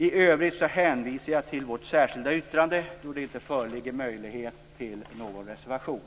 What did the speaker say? I övrigt hänvisar jag till vårt särskilda yttrande då det inte föreligger möjlighet till någon reservation.